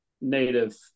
native